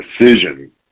decision